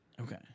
Okay